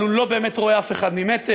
אבל הוא לא באמת רואה אף אחד ממטר,